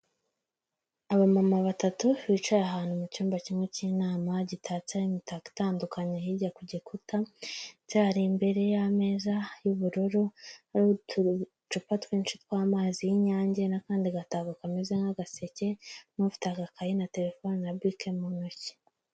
Abamama batatu bicaye ahantu mu cyumba kimwe cy'inama gitatseho imitako itandukanye hirya ku gikuta, ndetse bari imbere y'ameza y'ubururu hariho uducupa twinshi tw'amazi y'inyange n'akandi gatabo kameze nk'agaseke; n'ufite agakayi na terefone na bike mu ntoki.